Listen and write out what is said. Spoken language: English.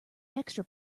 extra